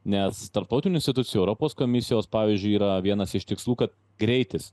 nes tarptautinių institucijų europos komisijos pavyzdžiui yra vienas iš tikslų kad greitis